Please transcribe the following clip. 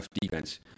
defense